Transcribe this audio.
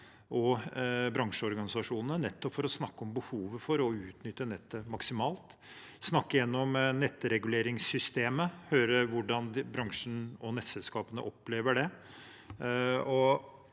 og bransjeorganisasjonene, nettopp for å snakke om behovet for å utnytte nettet maksimalt, snakke gjennom nettreguleringssystemet og høre hvordan bransjen og nettselskapene opplever det.